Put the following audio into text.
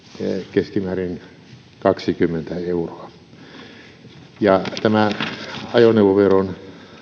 keskimäärin kaksikymmentä euroa tämä ajoneuvoveron